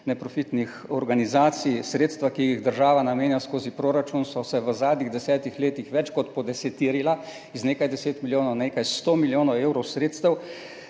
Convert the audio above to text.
neprofitnih organizacij. Sredstva, ki jih država namenja skozi proračun, so se v zadnjih desetih letih več kot podeseterila, iz nekaj 10 milijonov na nekaj 100 milijonov evrov sredstev,